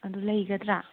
ꯑꯗꯨ ꯂꯩꯒꯗ꯭ꯔꯥ